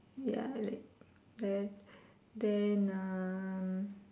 ya like then then uh